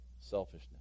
selfishness